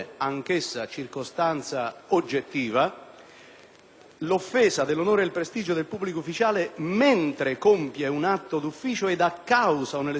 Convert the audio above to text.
l'offesa dell'onore e del prestigio del pubblico ufficiale mentre compie un atto d'ufficio ed a causa o nell'esercizio delle sue funzioni (circostanza